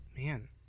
Man